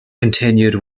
continued